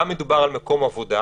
מדובר גם על מקום עבודה,